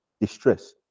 distress